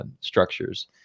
Structures